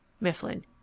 Mifflin